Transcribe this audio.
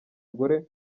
gore